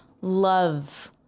love